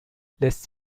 lässt